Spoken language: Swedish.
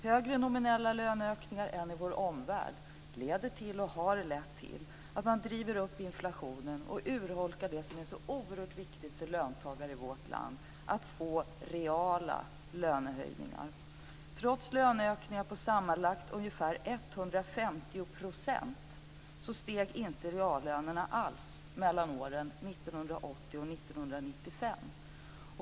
Högre nominella löneökningar än i vår omvärld leder till, och har lett till, att man driver upp inflationen och urholkar det som är så oerhört viktigt för löntagare i vårt land, nämligen att få reala lönehöjningar. Trots löneökningar på sammanlagt ungefär 150 % steg inte reallönerna alls mellan åren 1980 och 1995.